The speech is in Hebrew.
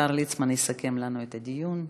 השר ליצמן יסכם לנו את הדיון.